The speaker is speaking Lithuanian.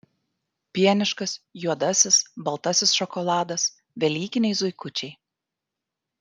pieniškas juodasis baltasis šokoladas velykiniai zuikučiai